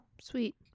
Sweet